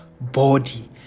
body